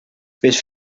fes